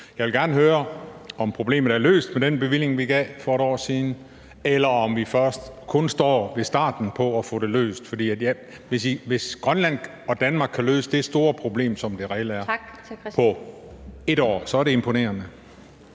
Jeg vil gerne høre, om problemet er løst med den bevilling, vi gav for et år siden, eller om vi først kun står ved starten på at få det løst. For hvis Grønland og Danmark kan løse det store problem, som det reelt er, på et år, så er det imponerende.